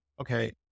okay